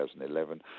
2011